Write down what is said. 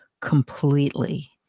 completely